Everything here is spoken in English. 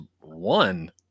one